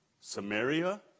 Samaria